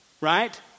right